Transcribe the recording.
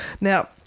Now